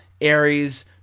Aries